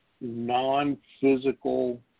non-physical